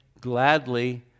gladly